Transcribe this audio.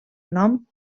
nom